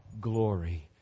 glory